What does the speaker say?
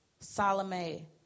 Salome